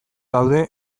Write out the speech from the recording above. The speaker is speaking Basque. daude